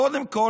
קודם כול,